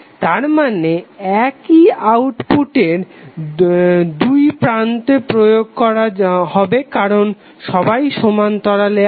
তারমানে একই আউটপুট এর দুইপ্রান্তে প্রয়োগ করা হবে কারণ সবাই সমান্তরালে আছে